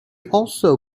also